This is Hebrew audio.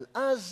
אבל אז